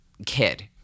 kid